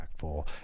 impactful